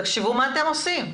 תחשבו מה אתם עושים.